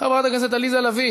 חברת הכנסת עליזה לביא